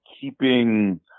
keeping